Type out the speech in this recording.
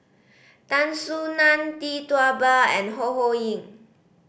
Tan Soo Nan Tee Tua Ba and Ho Ho Ying